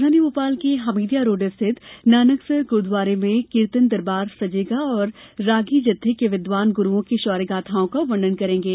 राजधानी भोपाल के हमीदिया रोड स्थित नानकसर गुरुद्वारा में कीर्तन दरबार सजेगा और रागी जत्थे के विद्वान गुरुओं के शौर्यगाथाओं का वर्णन करेंगे